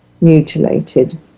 mutilated